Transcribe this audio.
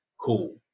cool